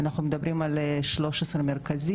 אנחנו מדברים על 13 מרכזים,